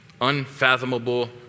unfathomable